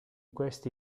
questi